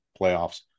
playoffs